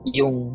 yung